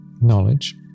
Knowledge